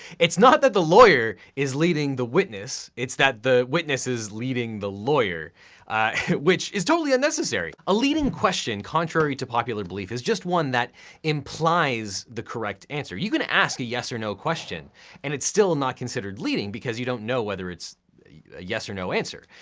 it's not that the lawyer is leading the witness. it's that the witness is leading the lawyer which is totally unnecessary. a leading question, contrary to popular belief, is just one that implies the correct answer. you're gonna ask a yes or no question and it's still not considered leading because you don't whether it's a yes or no answer.